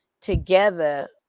together